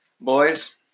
Boys